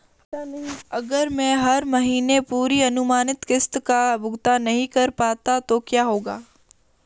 अगर मैं हर महीने पूरी अनुमानित किश्त का भुगतान नहीं कर पाता तो क्या होगा?